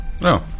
No